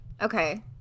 okay